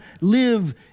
live